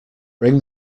bring